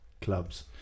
clubs